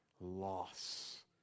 loss